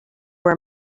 were